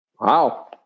wow